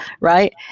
right